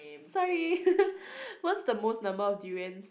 sorry what's the most number of durians